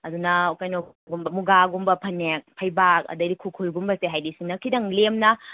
ꯑꯗꯨꯅ ꯀꯩꯅꯣ ꯒꯨꯝꯕ ꯃꯨꯒꯥꯒꯨꯝꯕ ꯐꯅꯦꯛ ꯐꯩꯕꯥꯛ ꯑꯗꯒꯤ ꯈꯨꯔꯈꯨꯜꯒꯨꯝꯕꯁꯦ ꯍꯥꯏꯗꯤ ꯁꯤꯅ ꯈꯤꯇꯪ ꯂꯦꯝꯅ